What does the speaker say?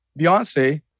Beyonce